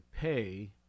pay